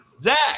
Zach